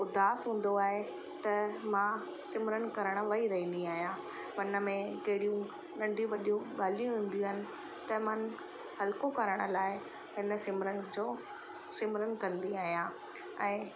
उदासु हूंदो आहे त मां सिमरन करण वेई रहंदी आहियां मन में कहिड़ियूं नंढियूं वॾियूं ॻाल्हियूं ईंदियूं आहिनि त मनु हलको कराइण लाइ हिन सिमरन जो सिमरन कंदी आहियां ऐं